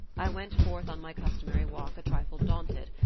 i went forth on my customary walk a trifle daunted,